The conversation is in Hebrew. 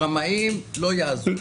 ברמאים לא יעזור.